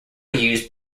used